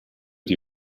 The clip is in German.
die